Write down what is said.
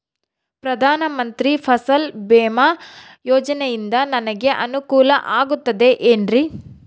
ಪ್ರಧಾನ ಮಂತ್ರಿ ಫಸಲ್ ಭೇಮಾ ಯೋಜನೆಯಿಂದ ನನಗೆ ಅನುಕೂಲ ಆಗುತ್ತದೆ ಎನ್ರಿ?